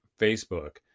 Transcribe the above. Facebook